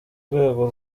rwego